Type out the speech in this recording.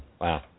Wow